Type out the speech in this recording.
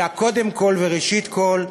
אלא קודם כול וראשית כול,